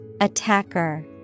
Attacker